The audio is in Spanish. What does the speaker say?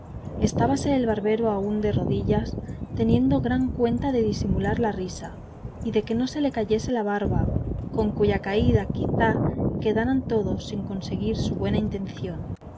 señora estábase el barbero aún de rodillas teniendo gran cuenta de disimular la risa y de que no se le cayese la barba con cuya caída quizá quedaran todos sin conseguir su buena intención